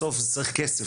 בסוף, צריך כסף.